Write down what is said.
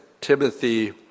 Timothy